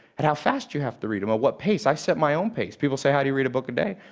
at how fast you have to read them, at what pace. i set my own pace. people say, how do you read a book a day?